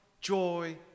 joy